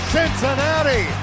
Cincinnati